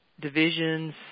divisions